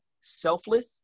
selfless